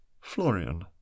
Florian